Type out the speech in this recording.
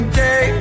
day